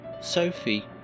Sophie